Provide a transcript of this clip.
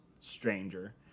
Stranger